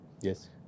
Yes